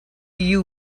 you